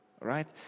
Right